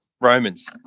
Romans